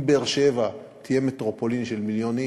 אם באר-שבע תהיה מטרופולין של מיליון איש,